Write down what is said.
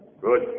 Good